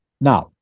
Now